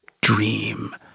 dream